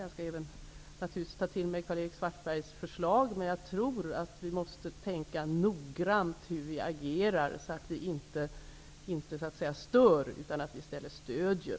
Jag skall naturligtvis ta till mig Karl-Erik Svartbergs förslag, men jag tror att vi måste tänka noggrant hur vi agerar, så att vi inte stör utan i stället stöder.